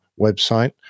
website